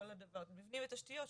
מבנים ותשתיות,